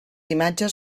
imatges